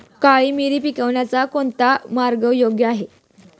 काळी मिरी पिकवण्याचा कोणता मार्ग योग्य आहे?